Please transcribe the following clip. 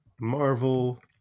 Marvel